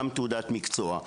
גם תעודת מקצוע.